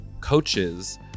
coaches